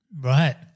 Right